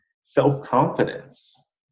self-confidence